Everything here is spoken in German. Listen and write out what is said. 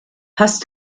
hast